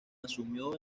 asumió